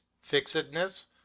fixedness